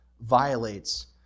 violates